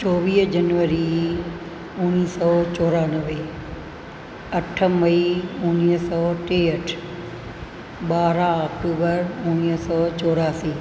चोवीह जनवरी उणिवीह सौ चोयानवे अठ मई उणिवीह सौ टेहठि ॿारहां अक्टूबर उणिवीह सौ चोरासी